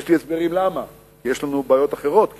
יש לי הסברים למה, כי יש לנו בעיות אחרות כאילו.